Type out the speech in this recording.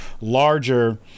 larger